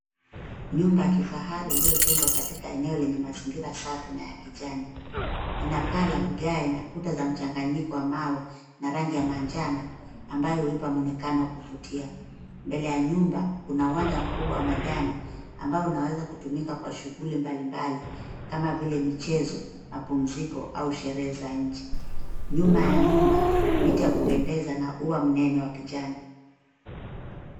Nyumba ya kifahari hili jengo ipo katika eneo lenye mandhari safi na ya kijani kibichi. Ina paa la vigae na kuta zilizotengenezwa kwa mchanganyiko wa mawe na rangi ya manjano, zinazolipa mwonekano wa kuvutia. Mbele ya nyumba, kuna uwanja mkubwa wa majani unaoweza kutumika kwa shughuli mbalimbali kama vile michezo, mapumziko au sherehe za nje. Nyuma ya nyumba, kuna miti ya kupendeza na ua mnene wa bustani.